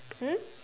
hmm